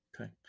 Okay